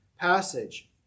passage